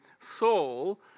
Saul